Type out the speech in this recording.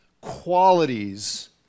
qualities